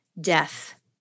death